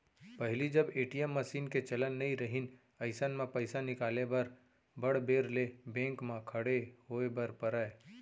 पहिली जब ATM machine के चलन नइ रहिस अइसन म पइसा निकाले बर बड़ बेर ले बेंक म खड़े होय बर परय